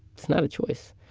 it's not a choice.